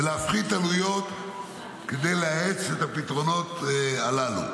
ולהפחית עלויות כדי להאיץ את הפתרונות הללו.